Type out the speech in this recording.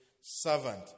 servant